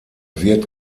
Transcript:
wird